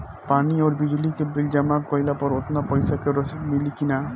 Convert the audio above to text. पानी आउरबिजली के बिल जमा कईला पर उतना पईसा के रसिद मिली की न?